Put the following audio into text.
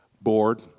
board